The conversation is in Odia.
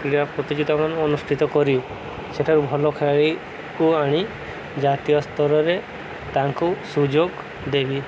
କ୍ରୀଡ଼ା ପ୍ରତିଯୋଗତା ଅନୁଷ୍ଠିତ କରିି ସେଠାରୁ ଭଲ ଖେଳାଳିକୁ ଆଣି ଜାତୀୟ ସ୍ତରରେ ତାଙ୍କୁ ସୁଯୋଗ ଦେବି